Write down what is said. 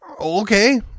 okay